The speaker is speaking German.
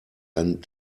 ein